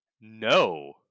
No